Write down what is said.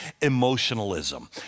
emotionalism